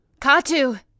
Katu